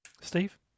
Steve